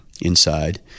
Inside